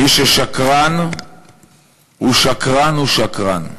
מי ששקרן הוא שקרן הוא שקרן,